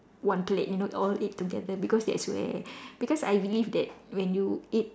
one plate you know all eat together because that's where because I believe that when you eat